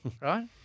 right